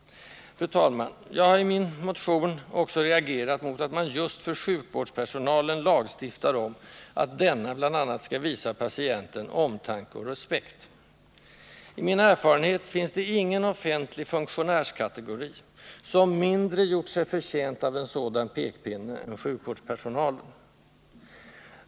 Fru talman! Jag har i min motion också reagerat mot att man just för sjukvårdspersonalen lagstiftar om att denna bl.a. skall visa patienten ”omtanke och respekt”. I min erfarenhet finns det ingen offentlig funktionärskategori som mindre gjort sig förtjänt av en sådan pekpinne än sjukvårdspersonalen.